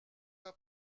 pas